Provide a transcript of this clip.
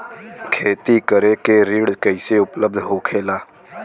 खेती करे के ऋण कैसे उपलब्ध होखेला?